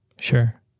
Sure